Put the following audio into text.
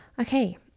Okay